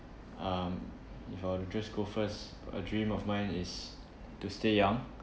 um if I were to just go first a dream of mine is to stay young